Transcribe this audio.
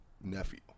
nephew